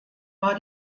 war